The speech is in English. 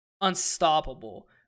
unstoppable